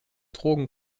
drogen